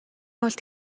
авалт